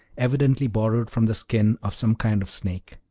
evidently borrowed from the skin of some kind of snake.